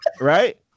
right